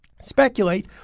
speculate